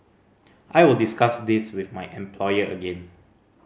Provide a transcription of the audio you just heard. I will discuss this with my employer again